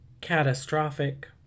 catastrophic